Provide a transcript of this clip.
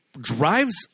drives